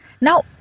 Now